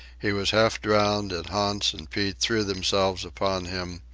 he was half drowned, and hans and pete threw themselves upon him,